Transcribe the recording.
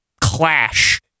clash